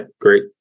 great